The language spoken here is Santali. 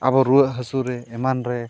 ᱟᱵᱚ ᱨᱩᱣᱟᱹᱜ ᱦᱟᱹᱥᱩ ᱨᱮ ᱮᱢᱟᱱ ᱨᱮ